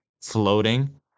floating